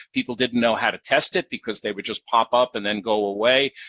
people didn't know how to test it because they would just pop up and then go away.